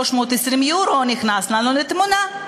320 יורו נכנס לנו לתמונה.